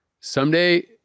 Someday